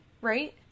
right